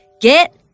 get